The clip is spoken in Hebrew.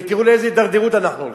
ותראו לאיזו הידרדרות אנחנו הולכים.